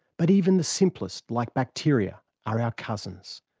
but even the simplest, like bacteria, are our cousins.